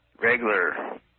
regular